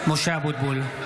(קורא בשמות חברי הכנסת) משה אבוטבול,